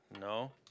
No